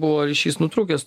buvo ryšys nutrūkęs